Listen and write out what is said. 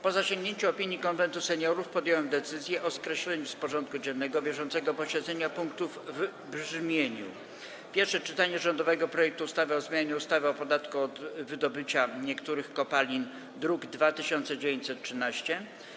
Po zasięgnięciu opinii Konwentu Seniorów podjąłem decyzję o skreśleniu z porządku dziennego bieżącego posiedzenia punktów w brzmieniu: - Pierwsze czytanie rządowego projektu ustawy o zmianie ustawy o podatku od wydobycia niektórych kopalin, druk nr 2913,